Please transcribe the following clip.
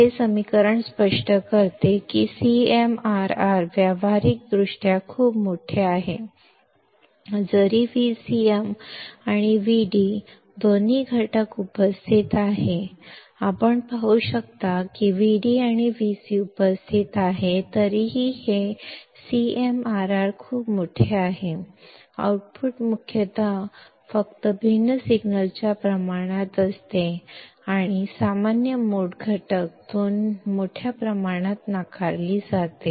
ಈ ಸಮೀಕರಣವು CMRR ಪ್ರಾಯೋಗಿಕವಾಗಿ ಬಹಳ ದೊಡ್ಡದಾಗಿದೆ ಎಂದು ವಿವರಿಸುತ್ತದೆ ಆದರೂ Vc ಮತ್ತು Vd ಎರಡೂ ಘಟಕಗಳು ಇರುತ್ತವೆ Vd ಮತ್ತು Vc ಇರುವುದನ್ನು ನೀವು ನೋಡಬಹುದು ಇನ್ನೂ ಈ CMRR ತುಂಬಾ ದೊಡ್ಡದಾಗಿದೆ ಔಟ್ಪುಟ್ ಹೆಚ್ಚಾಗಿ ವಿಭಿನ್ನ ಸಿಗ್ನಲ್ಗೆ ಮಾತ್ರ ಅನುಪಾತದಲ್ಲಿರುತ್ತದೆ ಮತ್ತು ಕಾಮನ್ ಮೋಡ್ ಘಟಕವನ್ನು ಬಹಳವಾಗಿ ತಿರಸ್ಕರಿಸಲಾಗುತ್ತದೆ